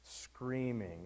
screaming